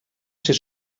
ser